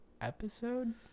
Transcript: episode